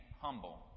humble